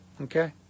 Okay